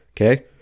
Okay